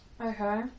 Okay